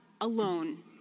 alone